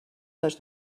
les